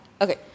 Okay